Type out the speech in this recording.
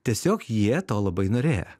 tiesiog jie to labai norėjo